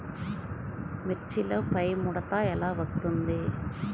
మిర్చిలో పైముడత ఎలా వస్తుంది?